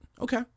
Okay